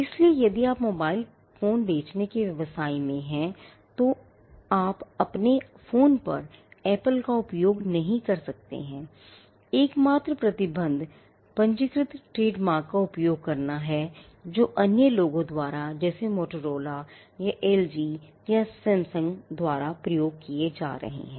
इसलिए यदि आप मोबाइल फोन बेचने के व्यवसाय में हैं तो आप अपने फोन पर Apple का उपयोग नहीं कर सकते हैं एकमात्र प्रतिबंध पंजीकृत ट्रेडमार्क का उपयोग करना है जो अन्य लोगों द्वारा जैसे मोटोरोला या एलजी या सैमसंग द्वारा प्रयोग किए जा रहे हैं